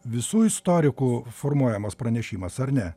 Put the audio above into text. visų istorikų formuojamas pranešimas ar ne